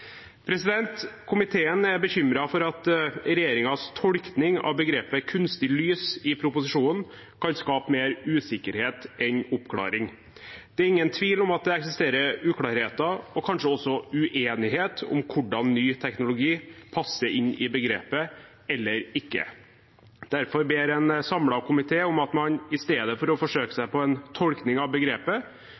Komiteen er bekymret for at regjeringens tolkning av begrepet «kunstig lys» i proposisjonen kan skape mer usikkerhet enn oppklaring. Det er ingen tvil om at det eksisterer uklarheter og kanskje uenighet om hvordan ny teknologi passer inn i begrepet eller ikke. Derfor ber en samlet komité om at man i stedet for å forsøke seg på en tolkning av begrepet